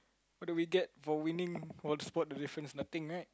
what do we get for winning for spot the difference nothing right